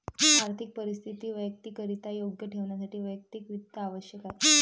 आर्थिक परिस्थिती वैयक्तिकरित्या योग्य ठेवण्यासाठी वैयक्तिक वित्त आवश्यक आहे